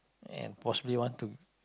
and possibly want to